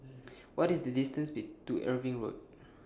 What IS The distance Be to Irving Road